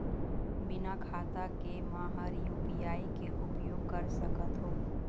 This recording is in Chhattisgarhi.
बिना खाता के म हर यू.पी.आई के उपयोग कर सकत हो?